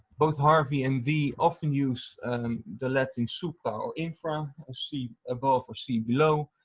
both harvey and dee often use and the latin supra or infra, see above or see below,